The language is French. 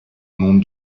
monde